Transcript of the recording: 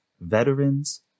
veterans